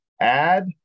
add